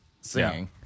singing